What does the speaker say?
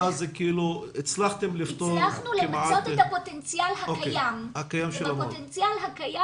ואז הצלחתם לפתור כמעט --- הצלחנו למצות את הפוטנציאל הקיים.